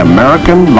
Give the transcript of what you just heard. American